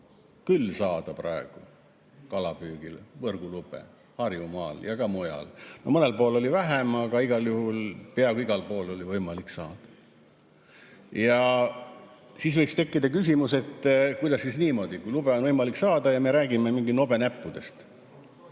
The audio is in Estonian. küll saada praegu kalapüügiks, võrgulube, on Harjumaal ja ka mujal. Mõnel pool oli vähem, aga igal juhul peaaegu igal pool oli võimalik saada. Ja siis võiks tekkida küsimus, et kuidas siis niimoodi, lube on võimalik saada, aga me räägime mingitest nobenäppudest.